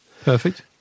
Perfect